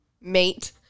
mate